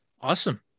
Awesome